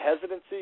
hesitancy